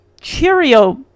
Cheerio